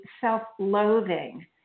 self-loathing